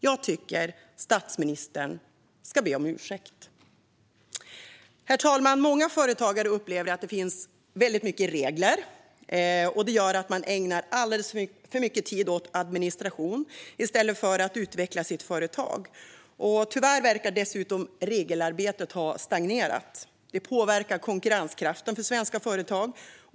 Jag tycker att statsministern ska be om ursäkt. Herr talman! Många företagare upplever att det finns väldigt mycket regler. Man ägnar alldeles för mycket tid åt administration i stället för att utveckla sina företag. Tyvärr verkar regelarbetet dessutom ha stagnerat. Det påverkar konkurrenskraften för svenska företag.